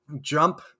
jump